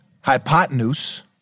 hypotenuse